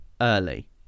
early